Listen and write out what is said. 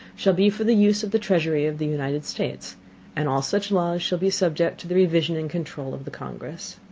shall be for the use of the treasury of the united states and all such laws shall be subject to the revision and controul of the congress.